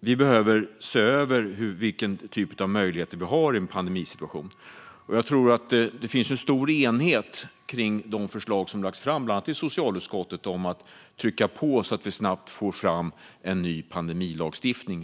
Vi behöver se över vilken typ av möjligheter vi har i en pandemisituation. Det finns en stor enighet om de förslag som har lagts fram i bland annat socialutskottet om att trycka på så att vi snabbt får en ny pandemilagstiftning.